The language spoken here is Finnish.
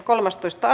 asia